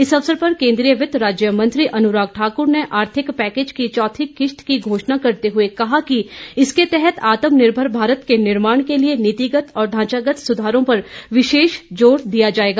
इस अवसर पर केन्द्रीय वित्त राज्य मंत्री अनुराग ठाकुर ने आर्थिक पैकेज की चौथी किश्त की घोषणा करते हुए कहा कि इसके तहत आत्मनिर्भर भारत के निर्माण के लिए नीतिगत और ढांचागत सुधारों पर विशेष ज़ोर दिया जायेगा